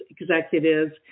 executives